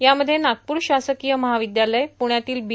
यामध्ये नागपूर शासकीय महाविद्यालय पूण्यातील बी